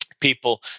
People